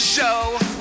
Show